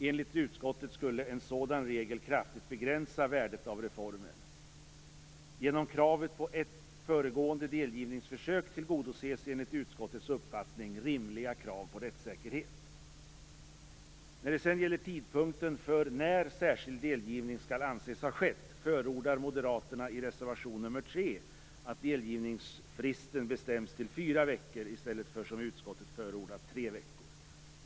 Enligt utskottet skulle en sådan regel kraftigt begränsa värdet av reformen. Genom kravet på ett föregående delgivningsförsök tillgodoses, enligt utskottets uppfattning, rimliga krav på rättssäkerhet. När det gäller tidpunkten för när särskild delgivning skall anses ha skett förordar moderaterna i reservation nr 3 att delgivningsfristen bestäms till fyra veckor i stället för, som utskottet förordar, tre veckor.